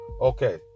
Okay